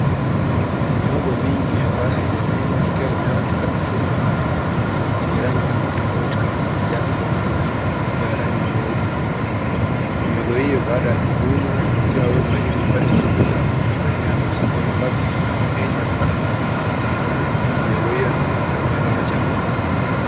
Mihogo mingi ambayo haijamenywa ikiwa imewekwa katika mifuko yenye rangi tofauti tofauti kama njano pamoja na mifuko ya rangi nyeupe. Mihogo hiyo baada ya kuvunwa imetiwa humo ili kupata kusafirishwa nakufikishwa maeneo ya masokoni, ambapo sasa wateja hupata kununua mihogo hiyo na kwenda kutumia kama chakula.